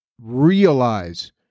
realize